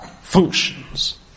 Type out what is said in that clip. functions